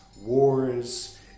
wars